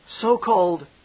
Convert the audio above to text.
so-called